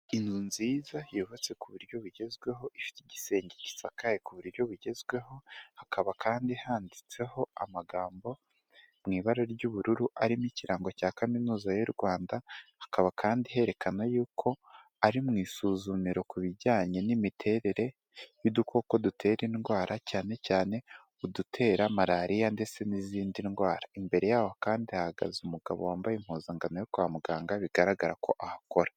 Inzu nziza yubatse ku buryo bugezweho, ifite igisenge gisakaye ku buryo bugezweho, hakaba kandi handitseho amagambo mu ibara ry'ubururu arimo ikirango cya kaminuza y'u Rwanda, hakaba kandi herekana yuko ari mu isuzumiro ku bijyanye n'imiterere y'udukoko dutera indwara cyane cyane udutera marariya ndetse n'izindi ndwara. Imbere yaho kandi hahagaze umugabo wambaye impuzankano yo kwa muganga bigaragara ko ahakora.